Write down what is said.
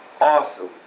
awesome